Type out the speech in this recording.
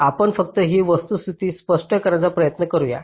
आपण फक्त ही वस्तुस्थिती स्पष्ट करण्याचा प्रयत्न करूया